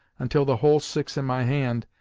until, the whole six in my hand,